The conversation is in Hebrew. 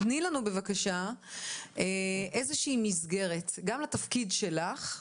תני לנו בבקשה איזושהי מסגרת: גם לתפקיד שלך,